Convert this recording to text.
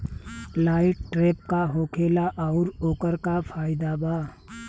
Light trap का होखेला आउर ओकर का फाइदा बा?